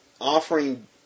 Offering